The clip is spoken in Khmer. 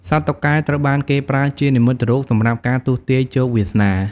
សត្វតុកែត្រូវបានគេប្រើជានិមិត្តរូបសម្រាប់ការទស្សន៍ទាយជោគវាសនា។